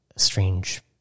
strange